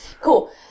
Cool